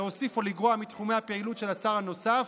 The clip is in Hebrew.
להוסיף או לגרוע מתחומי הפעילות של השר הנוסף,